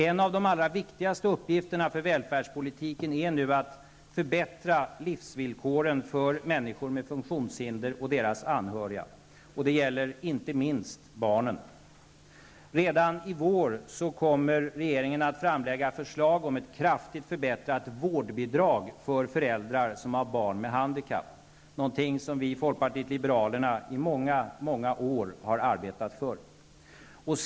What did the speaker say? En av de allra viktigaste uppgifterna för välfärdspolitiken är nu att förbättra livsvillkoren för människor med funktionshinder och deras anhöriga. Det gäller inte minst barnen. Redan i vår kommer regeringen att framlägga förslag om ett kraftigt förbättrat vårdbidrag för föräldrar som har barn med handikapp. Det är något som vi i folkpartiet liberalerna har arbetat för i många år.